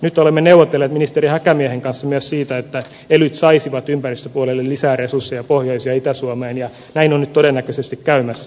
nyt olemme neuvotelleet ministeri häkämiehen kanssa myös siitä että elyt saisivat ympäristöpuolelle lisää resursseja pohjois ja itä suomeen ja näin on nyt todennäköisesti käymässä